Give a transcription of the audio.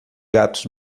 gatos